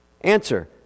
Answer